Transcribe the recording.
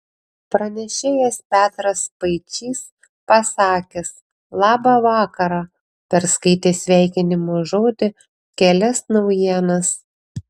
pranešėjas petras spaičys pasakęs labą vakarą perskaitė sveikinimo žodį kelias naujienas